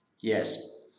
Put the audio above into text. yes